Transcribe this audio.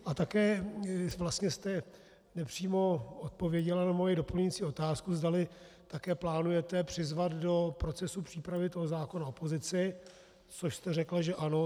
A také vlastně jste nepřímo odpověděla na moji doplňující otázku, zdali také plánujete přizvat do procesu přípravy toho zákona opozici, což jste řekla, že ano.